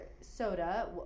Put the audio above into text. soda